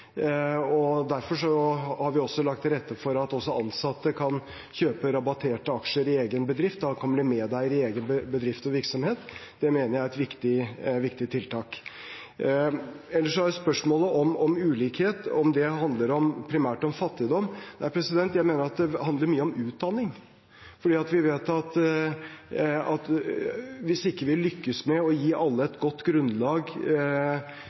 Derfor har vi lagt til rette for at også ansatte kan kjøpe rabatterte aksjer i egen bedrift og da kan bli medeier i egen bedrift og virksomhet. Det mener jeg er et viktig tiltak. Ellers til spørsmålet om ulikhet, og om det handler primært om fattigdom: Jeg mener at det handler mye om utdanning. For vi vet at hvis vi ikke lykkes med å gi alle et godt grunnlag